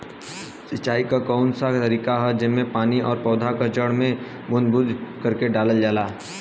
सिंचाई क कउन सा तरीका ह जेम्मे पानी और पौधा क जड़ में बूंद बूंद करके डालल जाला?